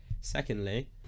secondly